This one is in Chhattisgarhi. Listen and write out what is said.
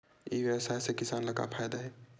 ई व्यवसाय से किसान ला का फ़ायदा हे?